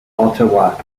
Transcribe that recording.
ottawa